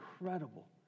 incredible